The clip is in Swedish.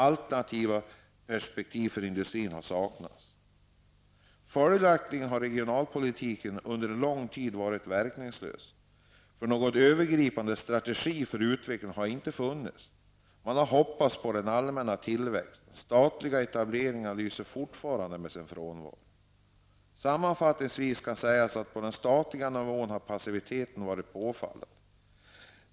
Alternativa perspektiv för industrin har saknats. Följaktligen har regionalpolitiken under lång tid varit verkningslös. Någon övergripande strategi för utvecklingen har nämligen inte funnits. Man har hoppats på den allmänna tillväxten. Statliga etableringar lyser fortfarande med sin frånvaro. Sammanfattningsvis kan jag säga att passiviteten på statlig nivå har varit påfallande.